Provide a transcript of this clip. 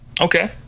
okay